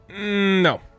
No